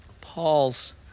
Paul's